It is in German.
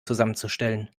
zusammenzustellen